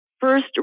first